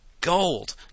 gold